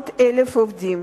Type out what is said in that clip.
עובדים,